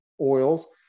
oils